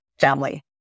family